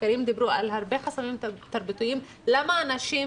מחקרים דיברו על הרבה חסמים תרבותיים למה אנשים,